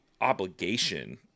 obligation